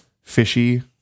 fishy